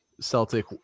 celtic